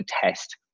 test